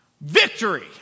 Victory